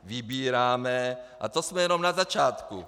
Vybíráme, a to jsme jenom na začátku.